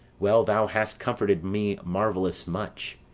well, thou hast comforted me marvellous much.